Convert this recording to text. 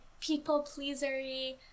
people-pleasery